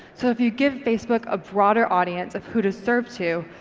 so if you give facebook a broader audience of who to serve to,